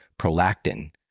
prolactin